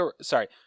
sorry